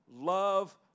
love